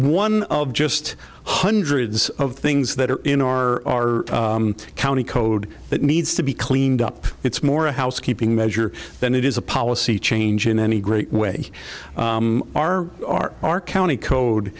one of just hundreds of things that are in our county code that needs to be cleaned up it's more a housekeeping measure than it is a policy change in any great way our our our county code